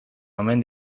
omen